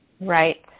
Right